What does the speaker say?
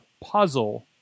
puzzle